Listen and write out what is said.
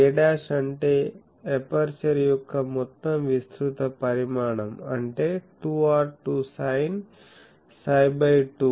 a' అంటే aperture యొక్క మొత్తం విస్తృత పరిమాణం అంటే 2R2 sin psi బై 2